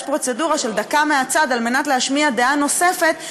יש פרוצדורה של דקה מהצד על מנת להשמיע דעה נוספת,